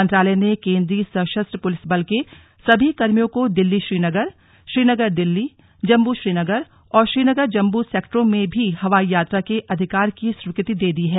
मंत्रालय ने केन्द्रीय सशस्त्र पुलिस बल के सभी कर्मियों को दिल्ली श्रीनगर श्रीनगर दिल्ली जम्म् श्रीनगर और श्रीनगर जम्मू सेक्टरों में भी हवाई यात्रा के अधिकार की स्वीकृति दे दी है